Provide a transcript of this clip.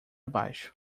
baixo